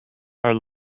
her